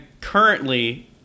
currently